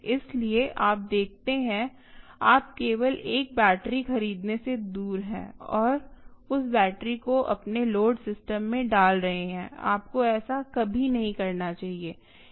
इसलिए आप देखते हैं आप केवल एक बैटरी खरीदने से दूर हैं और उस बैटरी को अपने लोड सिस्टम में डाल रहे हैं आपको ऐसा कभी नहीं करना चाहिए